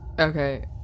Okay